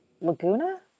Laguna